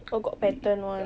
oh got pattern [one]